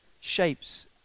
shapes